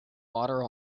water